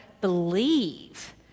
believe